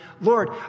Lord